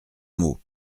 mot